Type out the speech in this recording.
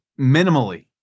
minimally